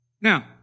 Now